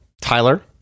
Tyler